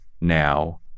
now